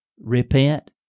repent